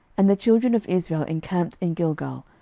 and the children of israel encamped in gilgal,